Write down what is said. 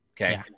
Okay